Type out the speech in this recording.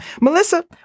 Melissa